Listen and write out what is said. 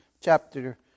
chapter